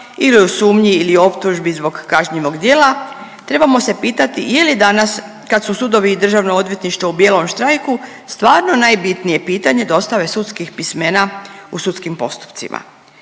ili o sumnji ili optužbi zbog kažnjivog djela, trebamo se pitati, je li danas, kad su sudovi i DORH u bijelom štrajku, stvarno najbitnije pitanje dostave sudskih pismena u sudskim postupcima?